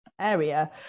area